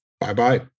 Bye-bye